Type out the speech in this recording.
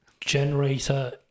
generator